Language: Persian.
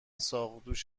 ساقدوش